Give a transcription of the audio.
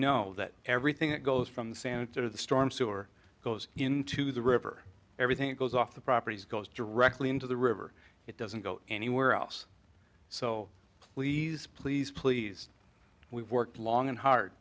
know that everything that goes from santa or the storm sewer goes into the river everything goes off the properties goes directly into the river it doesn't go anywhere else so please please please we've worked long and hard